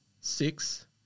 six